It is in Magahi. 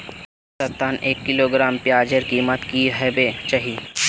औसतन एक किलोग्राम प्याजेर कीमत की होबे चही?